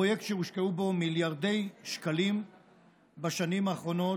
זה פרויקט שהושקעו בו מיליארדי שקלים בשנים האחרונות